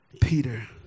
Peter